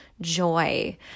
joy